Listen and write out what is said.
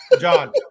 John